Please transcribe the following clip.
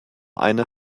eine